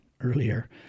earlier